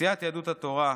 סיעת יהדות התורה,